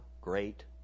great